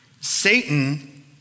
Satan